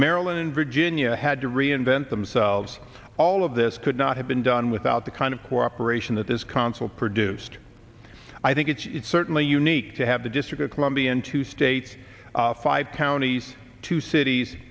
maryland virginia had to reinvent themselves all of this could not have been done without the kind of cooperation that this consul produced i think it's certainly unique to have the district of columbia in two states five counties two cities